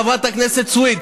חברת הכנסת סויד,